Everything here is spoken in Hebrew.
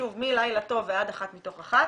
מ-"לילה טוב" ועד "אחת מתוך אחת"